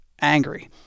angry